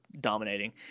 dominating